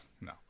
no